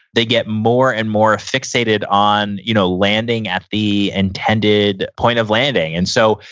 they get more and more fixated on you know landing at the intended point of landing. and so,